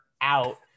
out